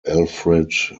alfred